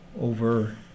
over